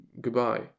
goodbye